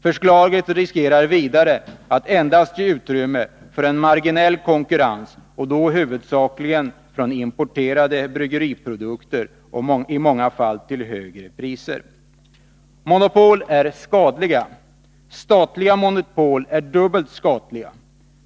Förslaget riskerar vidare att endast ge utrymme för en marginell konkurrens och då huvudsakligen från importerade bryggeriprodukter, i många fall till högre priser. Monopol är skadliga. Statliga monopol är dubbelt skadliga.